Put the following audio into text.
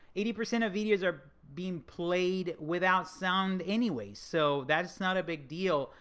eighty percent of videos are being played without sound anyways. so that's not a big deal.